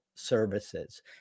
services